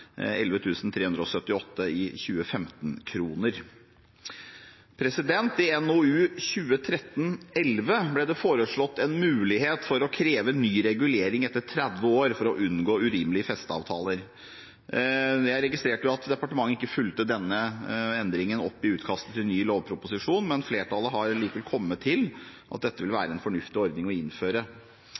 I NOU 2013: 11 ble det foreslått en mulighet for å kreve ny regulering etter 30 år for å unngå urimelige festeavtaler. Jeg registrerte jo at departementet ikke fulgte opp denne endringen i utkastet til ny lovproposisjon, men flertallet har likevel kommet til at dette vil være en fornuftig ordning å innføre.